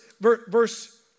verse